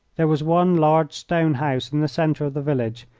there was one large stone house in the centre of the village,